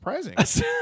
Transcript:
surprising